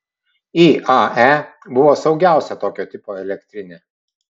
iae buvo saugiausia tokio tipo elektrinė